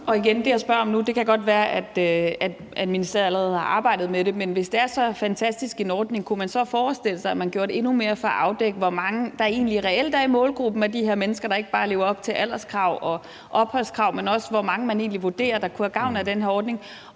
det, jeg spørger om nu, er noget, ministeriet allerede har arbejdet med, men hvis det er så fantastisk en ordning, kunne man så forestille sig, at man gjorde endnu mere for at afdække, hvor mange der egentlig reelt er i målgruppen af de her mennesker, ikke bare i forhold til at leve op til alderskrav og opholdskrav, men også i forhold til hvor mange man egentlig vurderer der kunne have gavn af den her ordning?